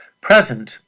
present